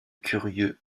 curieux